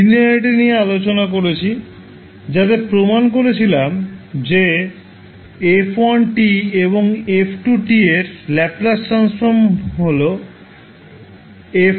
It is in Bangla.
লিনিয়ারিটি নিয়ে আলোচনা করেছি যাতে প্রমাণ করেছিলাম যে f1 এবং f2 এর ল্যাপ্লাস ট্রান্সফর্ম হয় F1 এবং F 2